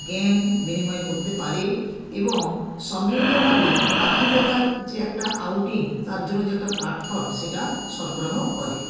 জ্ঞান বিনিময় করতে পারে এবং সম্মিলিতভাবে পাখি দেখার যে একটা আউটিং তার জন্য যে একটা প্ল্যাটফর্ম সেটা সরবরাহ করে